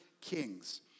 Kings